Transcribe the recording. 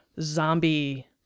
zombie